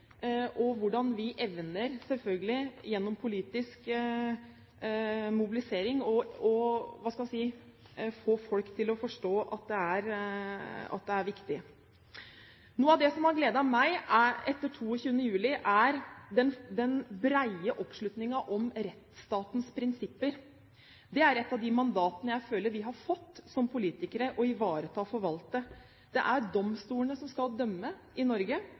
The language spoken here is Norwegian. og hvordan vi evner, selvfølgelig gjennom politisk mobilisering, å få folk til å forstå at det er viktig. Noe av det som har gledet meg etter 22. juli, er den brede oppslutningen om rettsstatens prinsipper. Det er et av de mandatene jeg føler vi som politikere har fått å ivareta og forvalte. Det er domstolene som skal dømme i Norge.